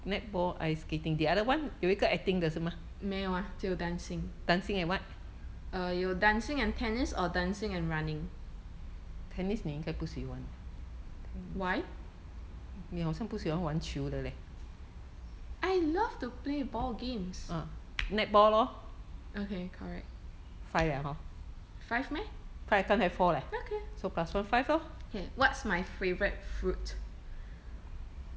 没有啊只有 dancing err 有 dancing and tennis or dancing and running why I love to play ball games okay correct five meh okay okay what's my favourite fruit